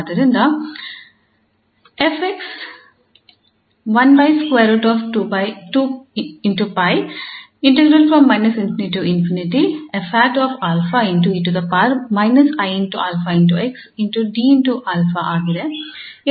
ಆದ್ದರಿಂದ 𝑓 𝑥 ಆಗಿದೆ ಎಂದು ನಮಗೆ ತಿಳಿದಿದೆ